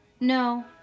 no